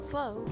Slow